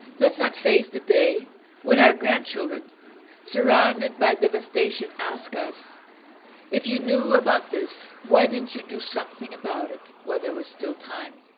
let's not face the day when our grandchildren surrounded by devastation ask us if you knew about this, why didn't you do something about it while there was still time?